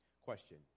Question